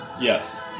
Yes